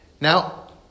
Now